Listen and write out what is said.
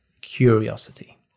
curiosity